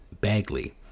Bagley